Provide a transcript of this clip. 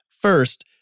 First